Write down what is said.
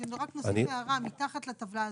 רק להוסיף הערה מתחת לטבלה הזאת.